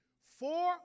Four